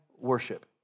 worship